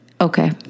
Okay